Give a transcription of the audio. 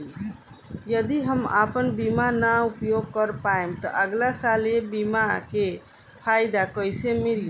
यदि हम आपन बीमा ना उपयोग कर पाएम त अगलासाल ए बीमा के फाइदा कइसे मिली?